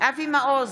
אבי מעוז,